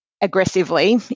aggressively